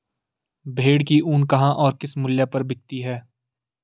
भेड़ की ऊन कहाँ और किस मूल्य पर बिकती है?